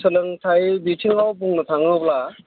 सोलोंथाय बिथिङाव बुंनो थाङोब्ला